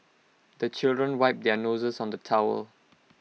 the children wipe their noses on the towel